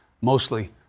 mostly